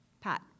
Pat